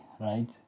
Right